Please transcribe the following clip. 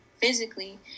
physically